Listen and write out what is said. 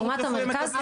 לעומת המרכז.